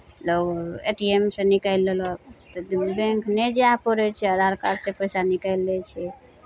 लोक A T M सँ निकालि लेलक तऽ बैंक नहि जाए पड़ै छै आधार कार्डसँ पैसा निकालि लै छै